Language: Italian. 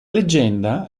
leggenda